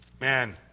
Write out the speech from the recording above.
Man